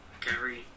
Gary